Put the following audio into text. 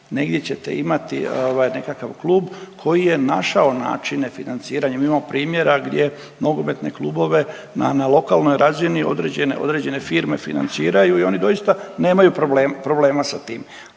Negdje ćete imati nekakav klub koji je našao načine financiranja. Mi imamo primjera gdje nogometne klubove na lokalnoj razini određene firme financiraju i oni doista nemaju problema sa tim